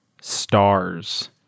stars